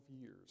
years